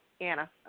Anna